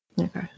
Okay